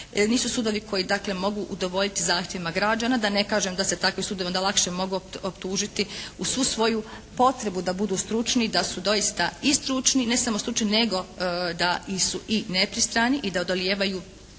nisu sudovi koji dakle mogu udovoljiti zahtjevima građana da ne kažem da se takvi sudovi onda lakše mogu optužiti uz svu svoju potrebu da budu stručni i da su doista i stručni, ne samo stručni nego da su i nepristrani i da odolijevaju